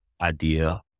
idea